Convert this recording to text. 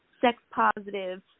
sex-positive